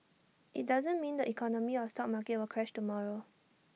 IT doesn't mean the economy or stock market will crash tomorrow